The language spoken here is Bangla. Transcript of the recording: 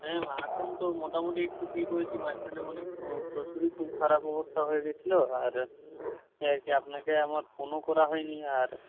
হ্যাঁ এখন তো মোটামুটি একটু ঠিক হয়েছি মাঝখানে মানে প্রচুরই খুব খারাপ অবস্থা হয়ে গিয়েছিল আর আর কি আপনাকে আমার ফোনও করা হয়নি আর